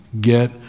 get